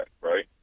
right